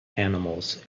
animals